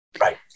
Right